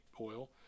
oil